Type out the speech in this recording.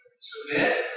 Submit